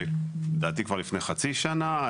לדעתי כבר לפני חצי שנה,